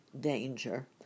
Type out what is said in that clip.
danger—